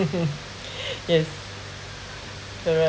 yes correct